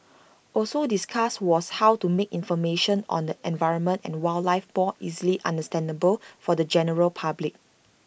also discussed was how to make information on the environment and wildlife more easily understandable for the general public